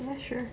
ya sure